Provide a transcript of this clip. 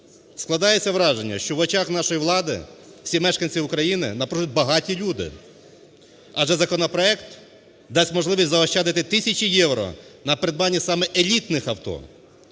Складається враження, що в очах нашої влади всі мешканці України – напрочуд багаті люди, адже законопроект дасть можливість заощадити тисячі євро на придбання саме елітних авто.